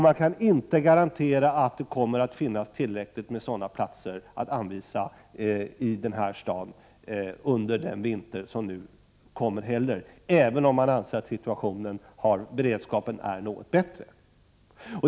Man kan inte heller garantera att det kommer att finnas tillräckligt med sådana platser att anvisa i den här staden under den vinter som nu kommer, även om man anser att beredskapen är något bättre.